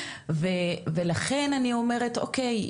לכן אני אומרת אוקיי,